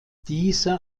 dieser